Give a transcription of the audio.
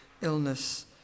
illness